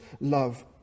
love